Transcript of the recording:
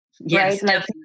Yes